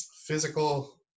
physical